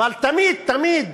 אלא תמיד-תמיד